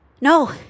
No